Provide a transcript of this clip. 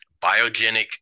biogenic